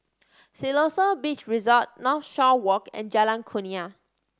Siloso Beach Resort Northshore Walk and Jalan Kurnia